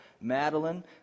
Madeline